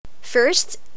First